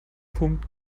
punkt